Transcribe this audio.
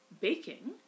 baking